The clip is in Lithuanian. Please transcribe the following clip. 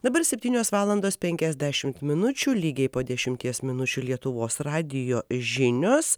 dabar septynios valandos penkiasdešimt minučių lygiai po dešimties minučių lietuvos radijo žinios